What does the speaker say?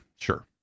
sure